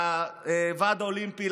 לוועד האולימפי,